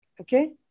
Okay